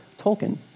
Tolkien